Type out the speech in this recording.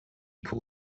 call